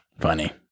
Funny